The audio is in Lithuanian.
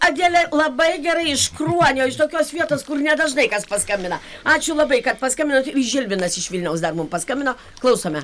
adelė labai gerai iš kruonio iš tokios vietos kur nedažnai kas paskambina ačiū labai kad paskambinot žilvinas iš vilniaus dar mum paskambino klausome